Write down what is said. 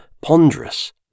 ponderous